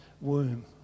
womb